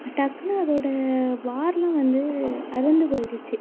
டக்குன்னு அதோட வார்லாம் வந்து அறுந்து போயிடுச்சு